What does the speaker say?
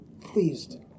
pleased